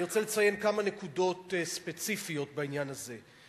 אני רוצה לציין כמה נקודות ספציפיות בעניין הזה.